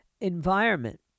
environment